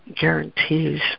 guarantees